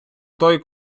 той